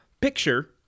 picture